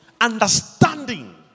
understanding